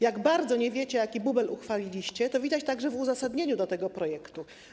Jak bardzo nie wiecie, jaki bubel uchwaliliście, widać także w uzasadnieniu tego projektu.